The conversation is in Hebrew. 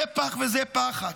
זה פח וזה פחת.